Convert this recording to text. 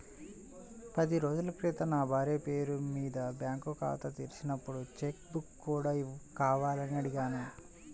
పది రోజుల క్రితం నా భార్య పేరు మీద బ్యాంకు ఖాతా తెరిచినప్పుడు చెక్ బుక్ కూడా కావాలని అడిగాను